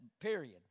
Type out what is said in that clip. Period